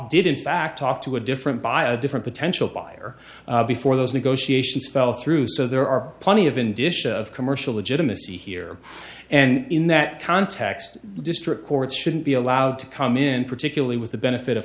did in fact talk to a different buy a different potential buyer before those negotiations fell through so there are plenty of in dish of commercial legitimacy here and in that context district courts shouldn't be allowed to come in particularly with the benefit of